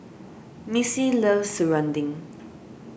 Missy loves serunding